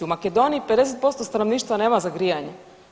U Makedoniji 50% stanovništva nema za grijanje.